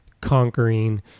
conquering